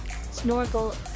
Snorkel